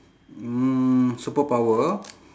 mm superpower